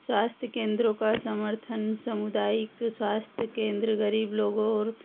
स्वास्थ्य केन्द्रों का समर्थन समुदायिक स्वास्थ्य केंद्र गरीब लोगों